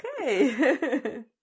okay